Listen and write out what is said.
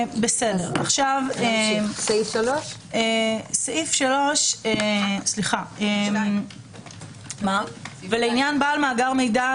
נמשיך לסעיף 3. לעניין "בעל מאגר מידע",